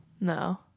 No